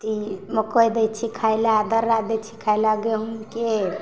तऽ ई मकइ दै छिए खाइलए दर्रा दै छिए खाइलए गहूमके